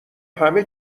همه